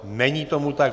Není tomu tak.